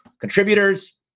contributors